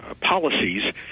policies